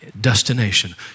destination